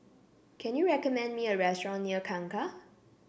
can you recommend me a restaurant near Kangkar